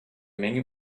menge